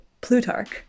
Plutarch